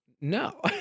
No